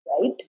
right